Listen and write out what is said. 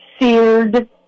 seared